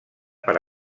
per